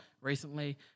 recently